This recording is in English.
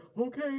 okay